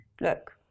look